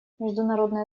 международное